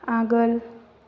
आगोल